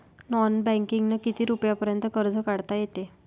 Non बँकिंगनं किती रुपयापर्यंत कर्ज काढता येते?